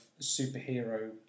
superhero